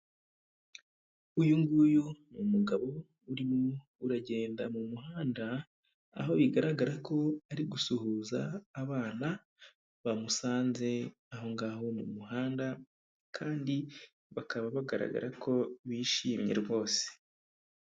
Uyu nguyu ni umugabo urimo uragenda mu muhanda, aho bigaragara ko ari gusuhuza abana bamusanze aho ngaho mu muhanda kandi bakaba bagaragara ko bishimye rwose.